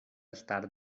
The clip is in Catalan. estar